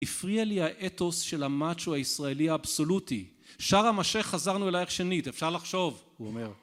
הפריע לי האתוס של המאצ'ו הישראלי האבסולוטי, "שארם א-שייח, חזרנו אלייך שנית". אפשר לחשוב. -הוא אומר